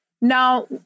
Now